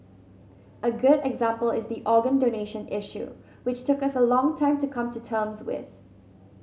a good example is the organ donation issue which took us a long time to come to terms with